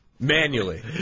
Manually